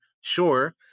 Sure